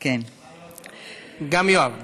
גם יואב.